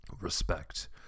respect